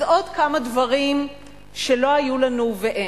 אז עוד כמה דברים שלא היו לנו, ואין.